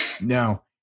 No